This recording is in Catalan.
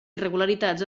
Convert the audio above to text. irregularitats